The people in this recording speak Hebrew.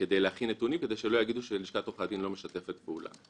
כדי להכין נתונים כדי שלא יגידו שלשכת עורכי הדין לא משתפת פעולה.